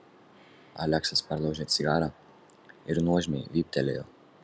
aleksas perlaužė cigarą ir nuožmiai vyptelėjo